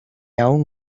aún